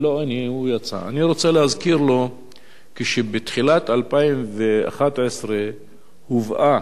אני רוצה להזכיר לו כשבתחילת 2011 הובאה התוכנית